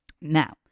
now